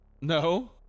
No